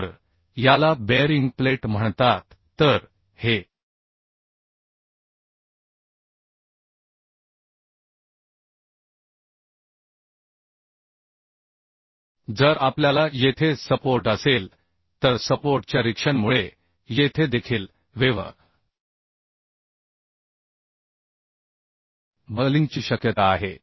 तर याला bearing plate म्हणतात तर हे जर आपल्याला येथे सपोर्ट असेल तर सपोर्ट च्या रिएक्शन मुळे येथे देखील वेव्ह बकलिंगची शक्यता आहे